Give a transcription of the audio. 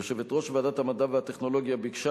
יושבת-ראש ועדת המדע והטכנולוגיה ביקשה